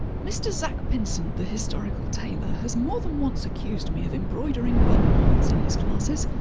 mr. zack pinsent, the historical tailor, has more than once accused me of embroidering button holes in his classes.